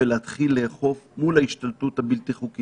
זה ניסיון להקים מדינה פלסטינית כאילו התגלתה איזו מזימה סודית.